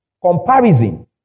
Comparison